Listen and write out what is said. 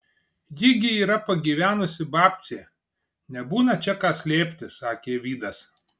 ji gi yra pagyvenusi babcė nebūna čia ką slėpti sakė vydas